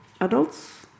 adults